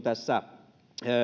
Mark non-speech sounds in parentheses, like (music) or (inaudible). (unintelligible) tässä